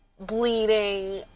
bleeding